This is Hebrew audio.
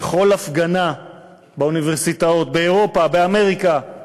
בכל הפגנה באוניברסיטאות באירופה, באמריקה,